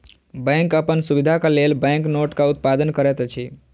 bank अपन सुविधाक लेल बैंक नोटक उत्पादन करैत अछि